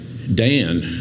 Dan